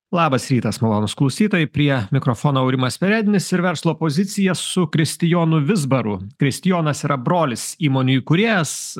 labas rytas malonūs klausytojai prie mikrofono aurimas perednis ir verslo pozicija su kristijonu vizbaru kristijonas yra brolis įmonių įkūrėjas